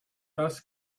das